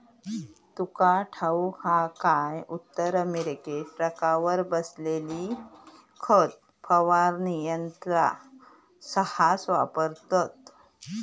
तुका ठाऊक हा काय, उत्तर अमेरिकेत ट्रकावर बसवलेली खत फवारणी यंत्रा सऱ्हास वापरतत